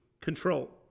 control